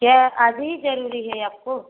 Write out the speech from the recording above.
क्या अभी जरूरी है आपको